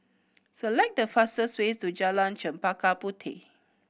select the fastest way to Jalan Chempaka Puteh